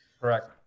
Correct